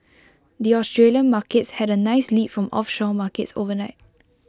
the Australian Markets had A nice lead from offshore markets overnight